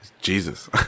Jesus